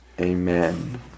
Amen